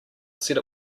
said